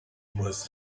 must